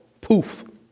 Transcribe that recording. Poof